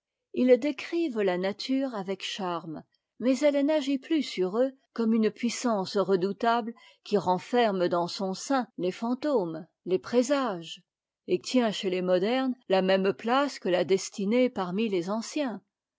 ils décrivent a nature avec charme mais elle n'agit plus sur eux comme une puissance redoutable qui renferme dans son sien les fantômes les présages et tient chez les modernes la même place que la destinée parmi les anciens